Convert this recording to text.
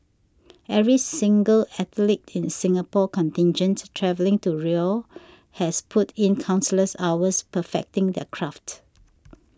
every single athlete in the Singapore contingent travelling to Rio has put in countless hours perfecting their craft